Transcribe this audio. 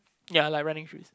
ya like running shoes